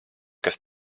kas